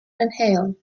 inhale